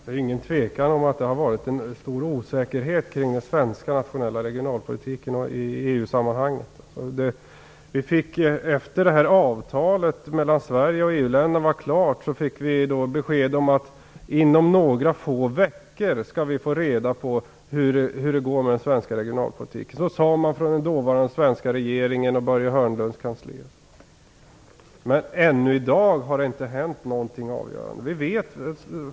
Fru talman! Det är inget tvivel om att det har varit en stor osäkerhet kring den svenska nationella regionalpolitiken i EU-sammanhanget. Efter det att avtalet mellan Sverige och EU-länderna var klart fick vi besked om att vi inom några få veckor skulle få reda på hur det går med den svenska regionalpolitiken. Så sade den dåvarande svenska regeringen och Börje Men ännu i dag har det inte hänt något avgörande.